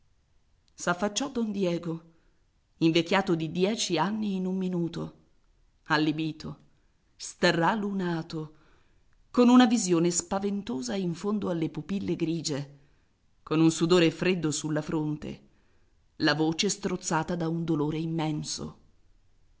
successo s'affacciò don diego invecchiato di dieci anni in un minuto allibito stralunato con una visione spaventosa in fondo alle pupille grige con un sudore freddo sulla fronte la voce strozzata da un dolore immenso